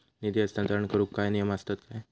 निधी हस्तांतरण करूक काय नियम असतत काय?